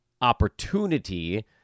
opportunity